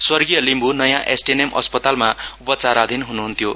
स्वर्गीय लिम्ब् नयाँ एसटीएनएम अस्पतालमा उपचाराधीन ह्नुहन्थ्यो